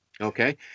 Okay